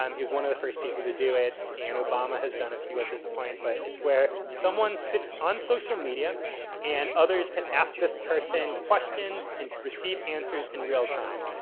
um he was one of the first people to do it, and obama has done a few at this point. but it's where someone sits on social media and others can ask this person questions and receive answers in real time.